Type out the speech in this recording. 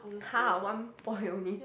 !huh! one point only